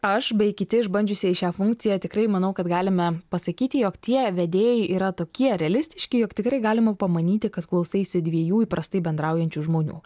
aš bei kiti išbandžiusieji šią funkciją tikrai manau kad galime pasakyti jog tie vedėjai yra tokie realistiški jog tikrai galima pamanyti kad klausaisi dviejų įprastai bendraujančių žmonių